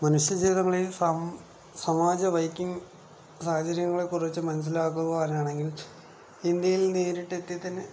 മനുഷ്യ ജീവിതങ്ങളേയും സമാജ ബൈക്കിങ്ങ് സാഹചര്യങ്ങളെക്കുറിച്ച് മനസ്സിലാക്കുവാനാണെങ്കിൽ ഇന്ത്യയിൽ നേരിട്ടെത്തിത്തന്നെ